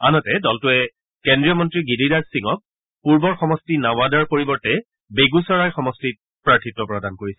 আনহাতে দলটোৰে কেন্দ্ৰীয় মন্ত্ৰী গিৰিৰাজ সিঙক পূৰ্বৰ সমষ্টি নাৱাদাৰ পৰিৱৰ্তে বেগুচৰাই সমষ্টিত প্ৰাৰ্থিত্ব প্ৰদান কৰিছে